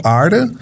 aarde